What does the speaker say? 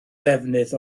ddefnydd